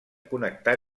connectar